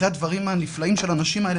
אחרי הדברים הנפלאים של הנשים האלה,